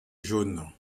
jaune